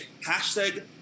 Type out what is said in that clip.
hashtag